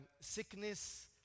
sickness